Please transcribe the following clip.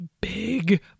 big